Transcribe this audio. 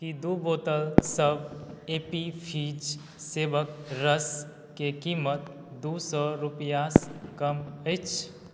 की दू बोतलसब Appy Fizz सेबके रसके कीमत दू सओ रुपैआसँ कम अछि